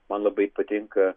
man labai patinka